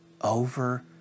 over